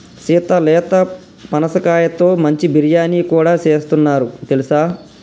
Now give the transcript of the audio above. సీత లేత పనసకాయతో మంచి బిర్యానీ కూడా సేస్తున్నారు తెలుసా